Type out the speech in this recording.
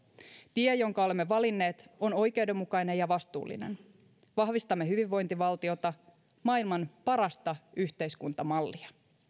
tie jonka olemme valinneet on oikeudenmukainen ja vastuullinen vahvistamme hyvinvointivaltiota maailman parasta yhteiskuntamallia